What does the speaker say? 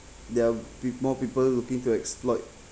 there are pe~ more people looking to exploit